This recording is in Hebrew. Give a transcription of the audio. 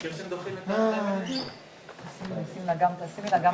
יש ציבור גדול שלא רוצה להינשא ברבנות,